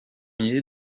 ier